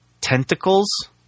tentacles